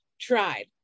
tried